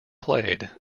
played